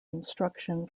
instruction